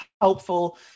helpful